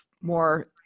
more